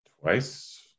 Twice